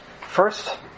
first